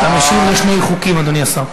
אתה משיב על שני חוקים, אדוני השר.